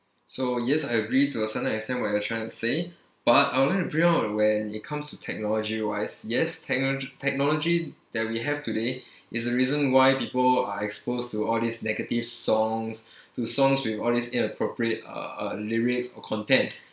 so yes I agree to a certain extent what you're trying to say but I would like to bring out when it comes to technology wise yes technolog~ technology that we have today is a reason why people are exposed to all these negative songs to songs with all this inappropriate uh uh lyrics or content